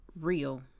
real